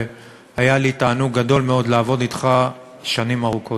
היה לי תענוג גדול מאוד לעבוד אתך שנים ארוכות.